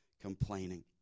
complaining